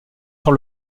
sur